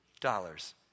dollars